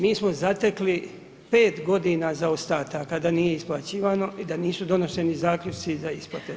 Mi smo zatekli 5 godina zaostataka, da nije isplaćivano i da nisu doneseni zaključci za isplate.